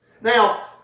Now